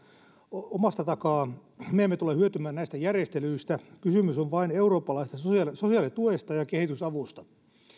omasta takaa me emme tule hyötymään näistä järjestelyistä kysymys on vain eurooppalaisten sosiaalituesta ja kehitysavusta